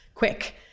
quick